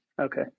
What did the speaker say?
okay